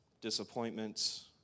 disappointments